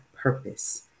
purpose